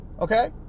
okay